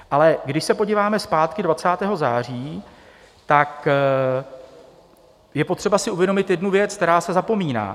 Ale když se podíváme zpátky 20. září, tak je potřeba si uvědomit jednu věc, která se zapomíná.